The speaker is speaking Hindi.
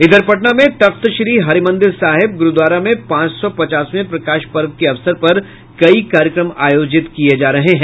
इधर पटना में तख्तश्री हरिमंदिर साहिब गुरूद्वारा में पांच सौ पचासवें प्रकाश पर्व के अवसर पर कई कार्यक्रम आयोजित किये जा रहे हैं